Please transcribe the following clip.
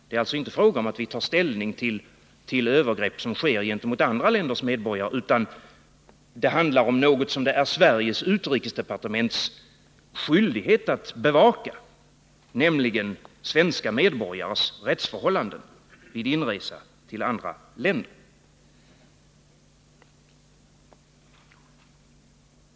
Det är alltså inte fråga om att ta ställning till övergrepp mot andra länders medborgare, utan det handlar om något som det är Sveriges utrikesdepartements skyldighet att bevaka, nämligen svenska medborgares rättsförhållanden vid inresa till andra länder.